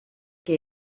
que